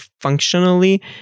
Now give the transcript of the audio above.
functionally